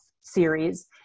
series